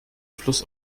fluss